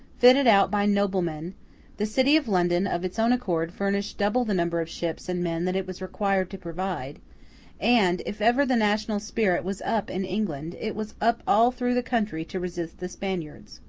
fitted out by noblemen the city of london, of its own accord, furnished double the number of ships and men that it was required to provide and, if ever the national spirit was up in england, it was up all through the country to resist the spaniards.